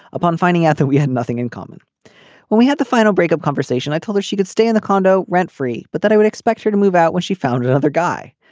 upon finding out that we had nothing in common when we had the final break of conversation i told her she could stay in the condo rent free but that i would expect her to move out when she found another guy.